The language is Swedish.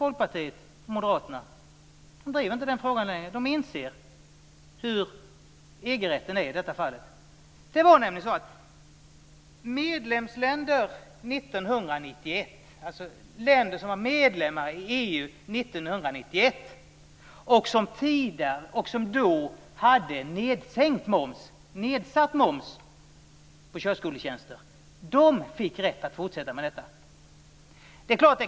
Folkpartiet och Moderaterna driver inte längre frågan. De inser hur EG-rätten i detta fall är. Länder som var medlemmar i EU år 1991 och som då hade nedsatt moms på körskoletjänster fick rätt att fortsätta med det.